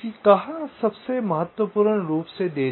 कि कहाँ सबसे महत्वपूर्ण रूप से देरी हुई